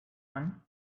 one